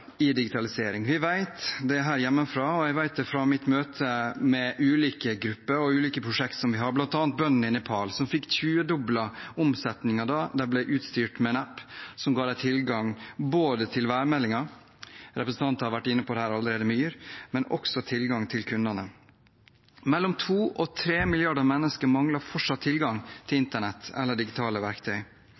i digitalisering. Vi vet det her hjemmefra, og jeg vet det fra mitt møte med ulike grupper og ulike prosjekter som vi har, bl.a. med bøndene i Nepal som fikk tjuedoblet omsetningen da de ble utstyrt med en app som ga dem både tilgang til værmeldingen, med Yr – representanter har vært inne på dette allerede – og også tilgang til kundene. Mellom to og tre milliarder mennesker mangler fortsatt tilgang til internett eller digitale verktøy,